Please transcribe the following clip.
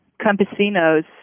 campesinos